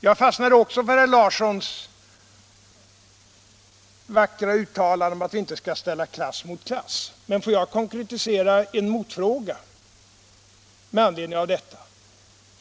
Jag fastnade också för herr Larssons vackra uttalanden om att vi inte skall ställa klass mot klass. Men får jag konkretisera en motfråga med anledning av detta?